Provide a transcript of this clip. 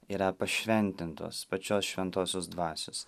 yra pašventintos pačios šventosios dvasios